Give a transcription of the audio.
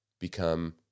become